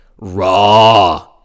Raw